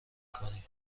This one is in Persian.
کنی